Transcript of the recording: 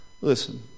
Listen